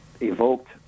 evoked